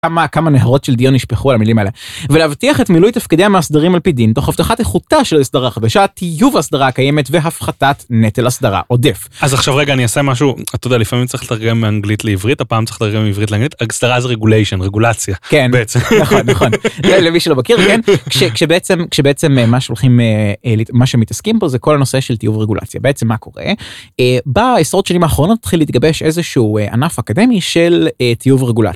כמה כמה נהרות של דיו נשפכו על המילים האלה ולהבטיח את מילוי תפקידי המסדרים על פי דין תוך הבטחת איכותה של הסדרה חדשה טיוב הסדרה קיימת והפחתת נטל הסדרה עודף. אז עכשיו רגע, אני אעשה משהו אתה יודע לפעמים צריך להגיע מאנגלית לעברית הפעם צריך לתרגם מעברית לאנגלית הסדרה זה רגוליישן רגולציה. כן בעצם כשבעצם, כשבעצם מה שהולכים, מה שמתעסקים פה זה כל הנושא של טיוב רגולציה בעצם מה קורה? בעשרות שנים האחרונות התחיל להתגבש איזשהו ענף אקדמי של טיוב רגולציה.